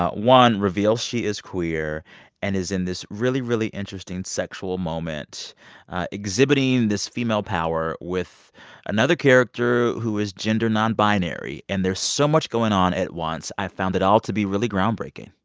ah one, reveals she is queer and is in this really, really interesting sexual moment exhibiting this female power with another character, who is gender nonbinary. and there's so much going on at once. i found it all to be really groundbreaking.